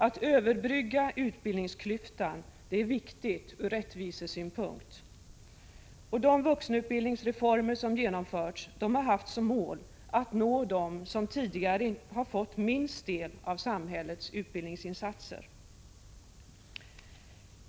Att överbrygga utbildningsklyftan är viktigt ur rättvisesynpunkt. De vuxenutbildningsreformer som genomförts har haft som mål att nå dem som tidigare har fått minst del av samhällets utbildningsinsatser.